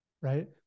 Right